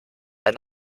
ein